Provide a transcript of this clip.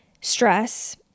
stress